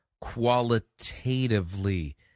qualitatively